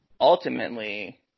ultimately